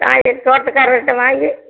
காய்கறி தோட்டக்கார்கிட்ட வாங்கி